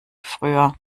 früher